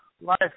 life